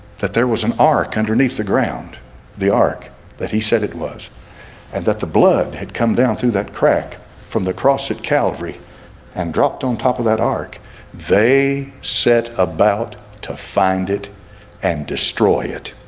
that there was an ark underneath the ground the ark that he said it was and that the blood had come down through that crack from the cross at calvary and dropped on top of that ark they set about to find it and destroy it